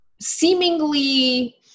seemingly